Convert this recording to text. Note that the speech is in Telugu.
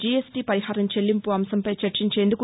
జీఎస్టీ పరిహారం చెల్లింపు అంశంపై చర్చించేందుకు